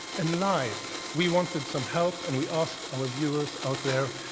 and live, we wanted some help. and we asked our viewers out there,